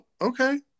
okay